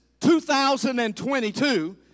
2022